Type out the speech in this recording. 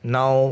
now